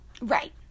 right